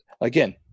again